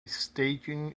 staging